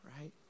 right